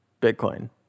Bitcoin